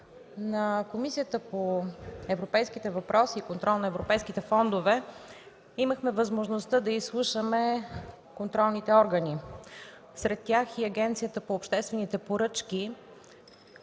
на Комисията по европейските въпроси и контрол на европейските фондове имахме възможността да изслушаме контролните органи, сред тях и Агенцията по обществените поръчки,